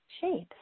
shapes